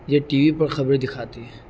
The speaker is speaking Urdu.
یہ ٹی وی پر خبریں دکھاتی ہے